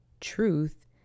truth